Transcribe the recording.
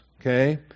okay